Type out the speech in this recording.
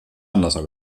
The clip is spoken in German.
anlasser